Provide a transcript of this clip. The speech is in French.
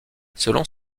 selon